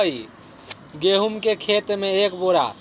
गेहूं के खेती में एक बीघा खेत में केतना किलोग्राम डाई डाले के होई?